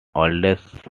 oldest